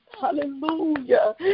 Hallelujah